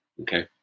okay